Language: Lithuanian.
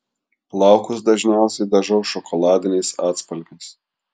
plaukus dažniausiai dažau šokoladiniais atspalviais